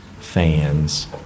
fans